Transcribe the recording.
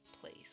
place